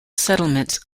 settlements